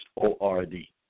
O-R-D